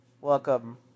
Welcome